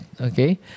okay